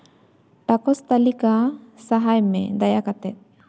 ᱴᱟᱠᱚᱥ ᱛᱟᱹᱞᱤᱠᱟ ᱥᱟᱦᱟᱭ ᱢᱮ ᱫᱟᱭᱟ ᱠᱟᱛᱮᱫ